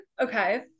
Okay